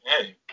Hey